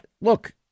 look